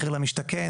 מחיר למשתכן,